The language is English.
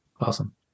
awesome